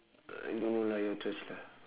uh I don't know lah your choice lah